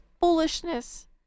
foolishness